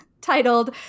titled